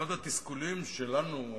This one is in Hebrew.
אחד התסכולים שלנו היום,